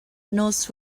knows